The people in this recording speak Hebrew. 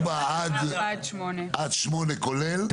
4 עד 8, כולל, אני מעלה.